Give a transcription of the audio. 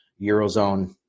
Eurozone